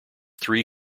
three